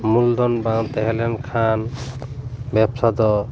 ᱢᱩᱞ ᱫᱷᱚᱱ ᱵᱟᱝ ᱛᱟᱦᱮᱸ ᱞᱮᱱᱠᱷᱟᱱ ᱵᱮᱵᱽᱥᱟ ᱫᱚ